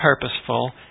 purposeful